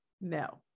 No